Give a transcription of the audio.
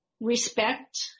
respect